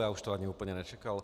Já už to ani úplně nečekal.